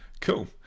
cool